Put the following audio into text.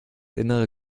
innere